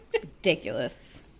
Ridiculous